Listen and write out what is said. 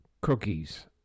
cookies